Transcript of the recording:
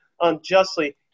unjustly